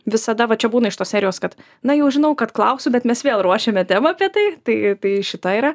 visada va čia būna iš tos serijos kad na jau žinau kad klausiu bet mes vėl ruošiame temą apie tai tai tai šita yra